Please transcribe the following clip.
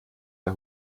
der